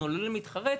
אנחנו עלולים להתחרט,